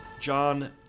John